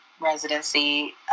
residency